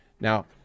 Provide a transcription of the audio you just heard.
Now